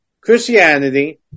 Christianity